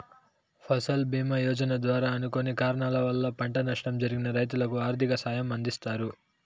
ఫసల్ భీమ యోజన ద్వారా అనుకోని కారణాల వల్ల పంట నష్టం జరిగిన రైతులకు ఆర్థిక సాయం అందిస్తారు